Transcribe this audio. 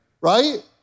right